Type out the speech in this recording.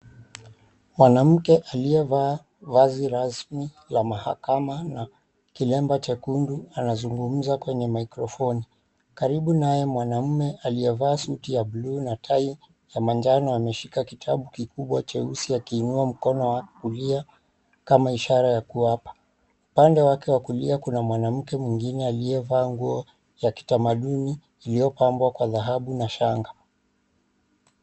Mwanamke aliyevaa vazi rasmi la mahakama na kilemba chekundu anazungumza kwenye microphone karibu naye mwanamume aliyevaa suti ya bluu na tai ya manjano ameshika kitabu kikubwa cheusi akiinua mkono wake wa kulia kama ishaara ya kuapa. Pande wake wa kulia kuna mwanamke mwengine amevaa mguo ya kitamaduni iliyopambwa kwa dhahabu na shanga.